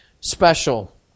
special